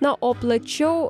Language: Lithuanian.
na o plačiau